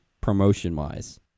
promotion-wise